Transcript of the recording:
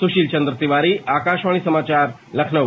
सुशील चंद्र तिवारी आकाशवाणी समाचार लखनऊ